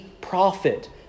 prophet